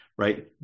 Right